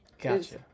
Gotcha